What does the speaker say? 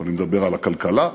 אני מדבר על הכלכלה,